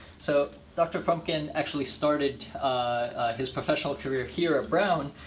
so dr. frumkin actually started his professional career here at brown